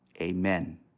Amen